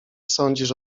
sądzisz